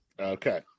Okay